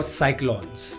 cyclones